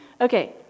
Okay